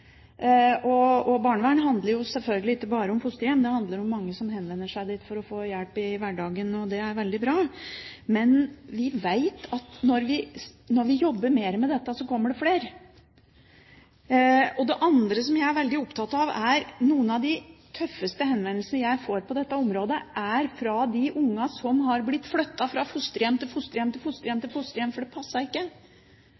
Barnevern handler selvfølgelig ikke bare om fosterhjem, det handler om mange som henvender seg til barnevernet for å få hjelp i hverdagen. Det er veldig bra. Men vi vet at når vi jobber mer med dette, så kommer det flere. Det andre som jeg er veldig opptatt av, er at noen av de tøffeste henvendelsene jeg får på dette området, er fra de barna som har blitt flyttet fra fosterhjem til fosterhjem fordi det passet ikke, det klaffet ikke, det var ikke gjort en god nok jobb til